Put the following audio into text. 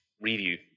review